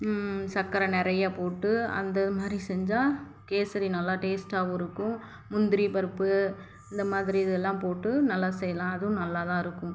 சக்கரை நிறையா போட்டு அந்த மாதிரி செஞ்சால் கேசரி நல்லா டேஸ்ட்டாகவும் இருக்கும் முந்திரிபருப்பு இந்த மாதிரி இதெல்லாம் போட்டு நல்லா செய்யலாம் அதுவும் நல்லாதான் இருக்கும்